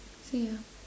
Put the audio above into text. see ya